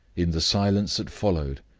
in the silence that followed,